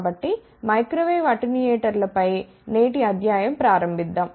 కాబట్టి మైక్రోవేవ్ అటెన్యూయేటర్లపై నేటి అధ్యాయం ప్రారంభిద్దాం